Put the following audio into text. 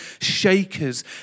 shakers